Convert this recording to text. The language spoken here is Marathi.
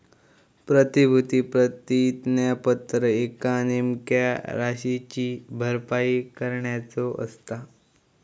प्रतिभूती प्रतिज्ञापत्र एका नेमक्या राशीची भरपाई करण्याचो असता